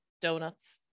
donuts